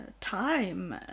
time